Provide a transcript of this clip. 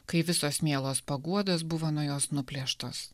kai visos mielos paguodos buvo nuo jos nuplėštos